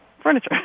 furniture